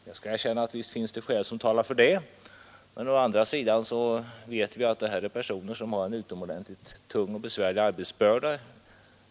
Jag skall erkänna att det finns skäl som talar för detta, men å andra sidan vet vi att dessa personer har en utomordentligt tung och besvärlig arbetsbörda.